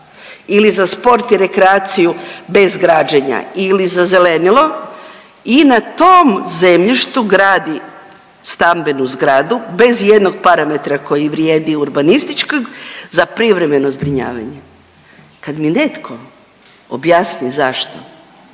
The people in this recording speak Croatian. ili za sport i rekreaciju bez građenja ili za zelenilo i na tom zemljištu gradi stambenu zgradu bez ijednog parametra koji vrijedi urbanističkog za privremeno zbrinjavanje. Kad mi netko objasni zašto